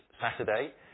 Saturday